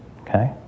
okay